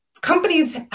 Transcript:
companies